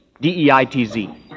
D-E-I-T-Z